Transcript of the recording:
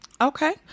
Okay